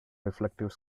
reflective